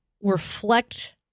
reflect